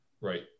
right